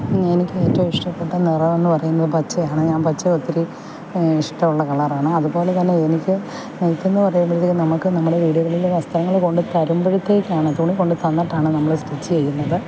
എനിക്കേറ്റവും ഇഷ്ടപ്പെട്ട നിറമെന്ന് പറയുന്നത് പച്ചയാണ് ഞാൻ പച്ച ഒത്തിരി ഇഷ്ടമുള്ള കളറാണ് അതുപോലതന്നെ എനിക്ക് എനിക്കെന്ന് പറയുമ്പോഴത്തേക്കും നമുക്ക് നമ്മുടെ വീടുകളിൽ വസ്ത്രങ്ങൾ കൊണ്ടുത്തരുമ്പോഴത്തേക്കാണ് തുണി കൊണ്ടുത്തന്നിട്ടാണ് നമ്മൾ സ്റ്റിച്ച് ചെയ്യുന്നത്